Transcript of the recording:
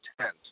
tent